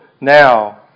now